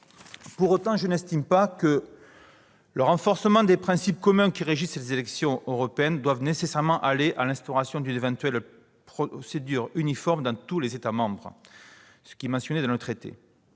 Pour autant, je n'estime pas que le renforcement des principes communs qui régissent les élections européennes doive nécessairement aller jusqu'à l'instauration de l'éventuelle « procédure uniforme dans tous les États membres » qui est mentionnée dans le traité.